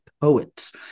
Poets